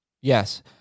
Yes